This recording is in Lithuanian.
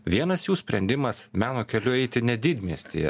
vienas jų sprendimas meno keliu eiti ne didmiestyje